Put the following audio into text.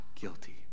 guilty